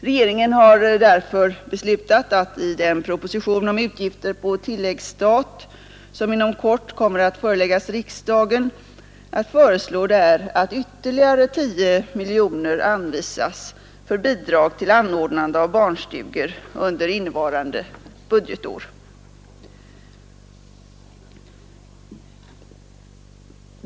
Regeringen har därför beslutat att i den proposition om utgifter på tilläggsstat som inom kort kommer att föreläggas riksdagen föreslå att ytterligare 10 miljoner kronor anvisas i bidrag till anordnande av barnstugor under innevarande budgetår.